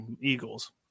Eagles